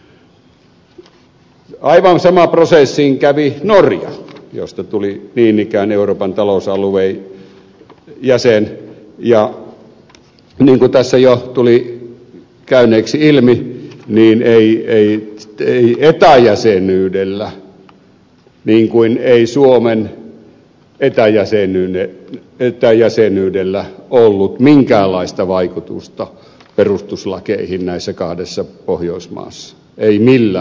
aivan saman prosessin kävi norja josta tuli niin ikään euroopan talousalueen jäsen ja niin kuin tässä jo tuli käyneeksi ilmi ei eta jäsenyydellä niin kuin ei suomen eta jäsenyydellä ollut minkäänlaista vaikutusta perustuslakeihin näissä kahdessa pohjoismaassa ei millään tavalla